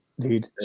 dude